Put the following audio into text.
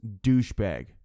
douchebag